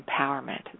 empowerment